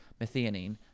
methionine